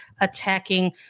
attacking